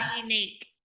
unique